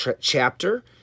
chapter